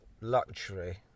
luxury